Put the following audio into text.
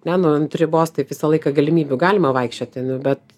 ne nu ant ribos taip visą laiką galimybių galima vaikščioti bet